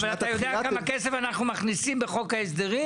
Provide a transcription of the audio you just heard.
אתה יודע כמה כסף אנחנו מכניסים בחוק ההסדרים?